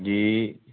ਜੀ